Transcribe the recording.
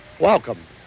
welcome